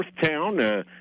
Northtown